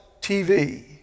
TV